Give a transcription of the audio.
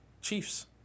Chiefs